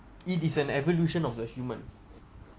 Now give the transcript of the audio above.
it is an evolution of the human